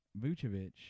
Vucevic